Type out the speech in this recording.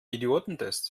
idiotentest